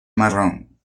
marrón